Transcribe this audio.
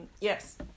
yes